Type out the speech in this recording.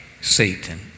Satan